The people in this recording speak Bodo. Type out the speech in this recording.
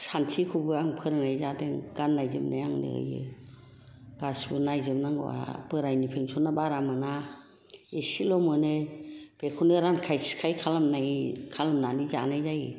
सान्थिखौबो आं फोरोंनाय जादों गान्नाय जोमनाया आंनो होयो गासिबो नायजोब नांगौ आंहा बोरायनि पेन्सना बारा मोना एसेल' मोनो बेखौनो रानखाय सिखाय खालामनाय खालामनानै जानाय जायो